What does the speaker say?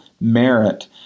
merit